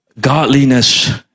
Godliness